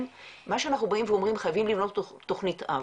מה שאנחנו באים ואומרים, חייבים לבנות תכנית אב.